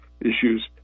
issues